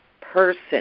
person